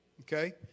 Okay